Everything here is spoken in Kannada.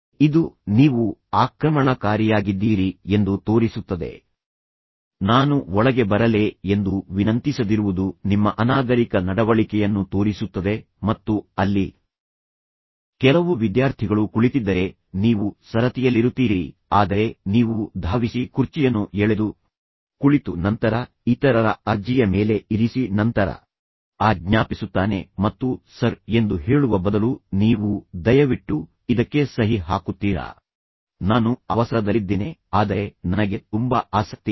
ಇದು ನೀವು ಆಕ್ರಮಣಕಾರಿಯಾಗಿದ್ದೀರಿ ಎಂದು ತೋರಿಸುತ್ತದೆ ನಾನು ಒಳಗೆ ಬರಲೇ ಎಂದು ವಿನಂತಿಸದಿರುವುದು ನಿಮ್ಮ ಅನಾಗರಿಕ ನಡವಳಿಕೆಯನ್ನು ತೋರಿಸುತ್ತದೆ ಮತ್ತು ಅಲ್ಲಿ ಕೆಲವು ವಿದ್ಯಾರ್ಥಿಗಳು ಕುಳಿತಿದ್ದರೆ ನೀವು ಸರತಿಯಲ್ಲಿರುತ್ತೀರಿ ಆದರೆ ನೀವು ಧಾವಿಸಿ ಕುರ್ಚಿಯನ್ನು ಎಳೆದು ಕುಳಿತು ನಂತರ ಇತರರ ಅರ್ಜಿಯ ಮೇಲೆ ಇರಿಸಿ ನಂತರ ಆಜ್ಞಾಪಿಸುತ್ತಾನೆ ಮತ್ತು ಸರ್ ಎಂದು ಹೇಳುವ ಬದಲು ನೀವು ದಯವಿಟ್ಟು ಇದಕ್ಕೆ ಸಹಿ ಹಾಕುತ್ತೀರಾ ನಾನು ಅವಸರದಲ್ಲಿದ್ದೇನೆ ಆದರೆ ನನಗೆ ತುಂಬಾ ಆಸಕ್ತಿ ಇದೆ